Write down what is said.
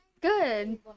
Good